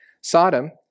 Sodom